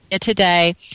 today